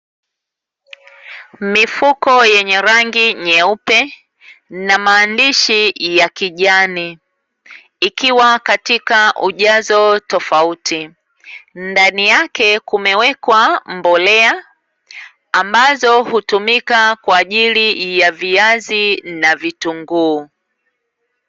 Mifuko yenye rangi nyeupe na maandishi ya kijani, ikiwa katika ujazo tofauti. Ndani yake kumewekwa mbolea ambazo hutumika kwa ajili ya viazi na vitunguu.